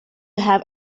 have